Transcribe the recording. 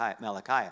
Malachi